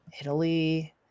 Italy